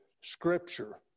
scripture